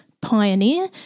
pioneer